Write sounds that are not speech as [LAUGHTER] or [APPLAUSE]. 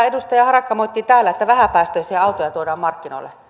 [UNINTELLIGIBLE] edustaja harakka moitti täällä että vähäpäästöisiä autoja tuodaan markkinoille